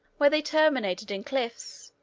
where they terminated in cliffs,